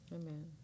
Amen